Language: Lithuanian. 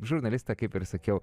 žurnalistą kaip ir sakiau